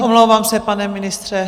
Omlouvám se, pane ministře.